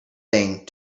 thing